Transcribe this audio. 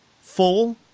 full